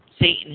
Satan